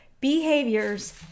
behaviors